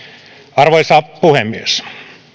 arvoisa puhemies